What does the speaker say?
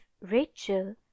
rachel